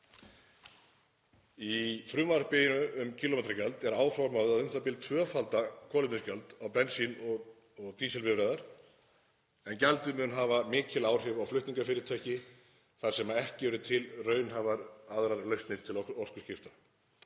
Í frumvarpinu um kílómetragjald er áformað að u.þ.b. tvöfalda kolefnisgjald á bensín- og dísilbifreiðar en gjaldið mun hafa mikil áhrif á flutningafyrirtæki þar sem ekki eru til raunhæfar aðrar lausnir til orkuskipta